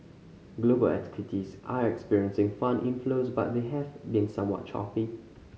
global equities are experiencing fund inflows but they have been somewhat choppy